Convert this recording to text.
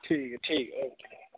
ठीक ऐ ठीक ऐ